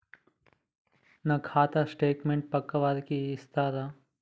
నా ఖాతా స్టేట్మెంట్ పక్కా వారికి ఇస్తరా?